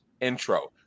intro